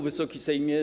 Wysoki Sejmie!